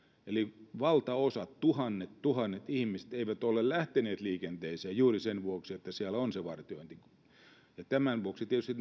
eli valtaosa tuhannet tuhannet ihmiset ei ole lähtenyt liikenteeseen juuri sen vuoksi että siellä on se vartiointi tietysti